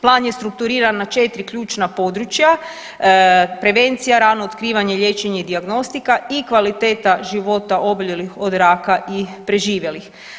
Plan je strukturiran na 4 ključna područja, prevencija, rano otkrivanje, liječenje i dijagnostika i kvaliteta života oboljelih od raka i preživjeli.